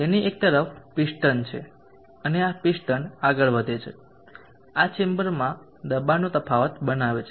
તેની એક તરફ પિસ્ટન છે અને આ પિસ્ટન આગળ વધે છે આ ચેમ્બરમાં દબાણનો તફાવત બનાવે છે